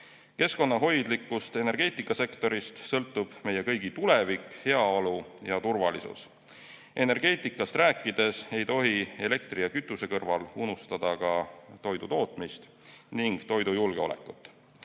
Keskkonnahoidlikust energeetikasektorist sõltub meie kõigi tulevik, heaolu ja turvalisus. Energeetikast rääkides ei tohi elektri ja kütuse kõrval unustada ka toidutootmist ning toidujulgeolekut.